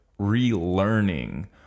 relearning